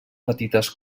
petites